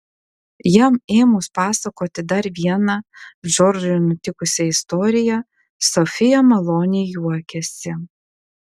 jam ėmus pasakoti dar vieną džordžui nutikusią istoriją sofija maloniai juokėsi